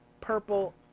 purple